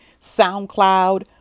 SoundCloud